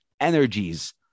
energies